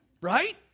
Right